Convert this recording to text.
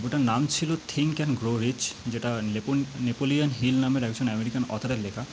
বইটার নাম ছিলো থিঙ্ক অ্যান্ড গ্রো রিচ যেটা নেপো নেপোলিয়ান হিল নামের একজন অ্যামেরিকান অথরের লেখা